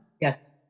Yes